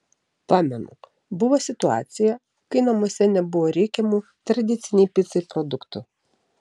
pamenu buvo situacija kai namuose nebuvo reikiamų tradicinei picai produktų